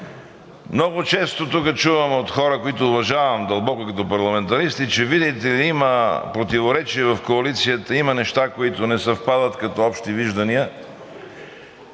Много често тук чувам от хора, които уважавам дълбоко като парламентаристи, че видите ли, има противоречия в коалицията, има неща, които не съвпадат като общи виждания.